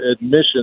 admission